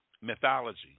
Mythology